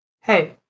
Hey